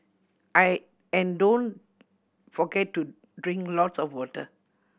I and don't forget to drink lots of water